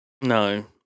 No